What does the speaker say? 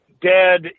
dead